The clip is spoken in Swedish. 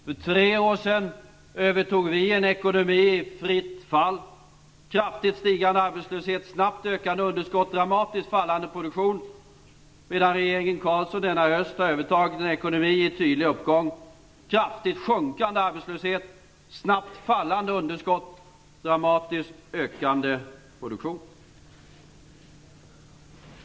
För tre år sedan övertog vi en ekonomi i fritt fall - kraftigt stigande arbetslöshet, snabbt ökande underskott och dramatiskt fallande produktion. Regeringen Carlsson har däremot denna höst övertagit en ekonomi i tydlig uppgång med kraftigt sjunkande arbetslöshet, snabbt fallande underskott och dramatisk ökande produktion.